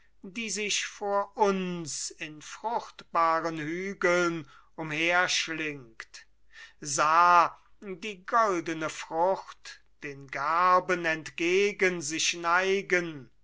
die sich vor uns in fruchtbaren hügeln umherschlingt sah die goldene frucht den garben entgegen sich neigen